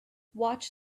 watch